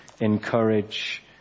encourage